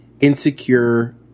insecure